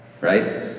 right